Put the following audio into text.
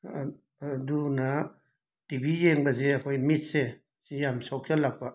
ꯑꯗꯨꯅ ꯇꯤꯚꯤ ꯌꯦꯡꯕꯁꯦ ꯑꯩꯈꯣꯏꯒꯤ ꯃꯤꯠꯁꯦ ꯁꯤ ꯌꯥꯝꯅ ꯁꯣꯛꯆꯤꯜꯂꯛꯄ